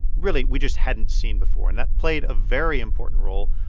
really, we just hadn't seen before. and that played a very important role.